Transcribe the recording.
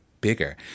bigger